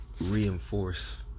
reinforce